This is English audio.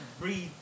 breathe